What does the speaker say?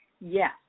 Yes